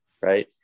right